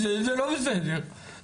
זה לא בסדר.